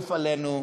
הרעיף עלינו,